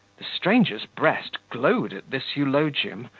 the stranger's breast glowed at this eulogium,